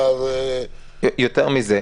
יותר מזה,